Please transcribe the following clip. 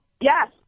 Yes